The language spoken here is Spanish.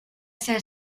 ser